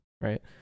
right